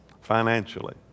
financially